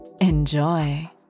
Enjoy